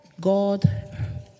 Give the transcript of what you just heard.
God